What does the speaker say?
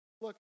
look